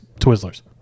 Twizzler's